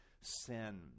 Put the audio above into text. sin